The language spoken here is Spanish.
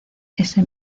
ese